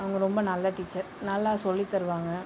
அவங்க ரொம்ப நல்ல டீச்சர் நல்லா சொல்லித் தருவாங்கள்